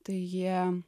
tai jie